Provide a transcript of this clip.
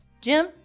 Jim